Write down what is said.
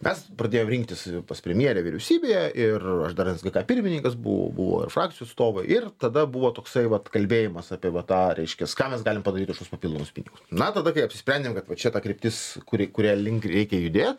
mes pradėjom rinktis pas premjerę vyriausybėje ir aš dar nsgk pirmininkas buvau buvo ir frakcijų atstovai ir tada buvo toksai vat kalbėjimas apie va tą reiškias ką mes galim padaryt už tuos papildomus pinigus na tada kai apsisprendėm kad va čia ta kryptis kuri kuria link reikia judėt